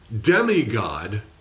demigod